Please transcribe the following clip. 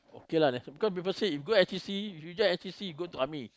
K lah then i say because people say if go N_C_C future N_C_C go to army